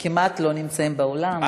שכמעט לא נמצאים באולם,